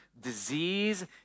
disease